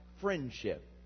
friendship